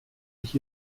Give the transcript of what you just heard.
mich